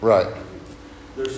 Right